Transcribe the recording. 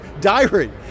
diary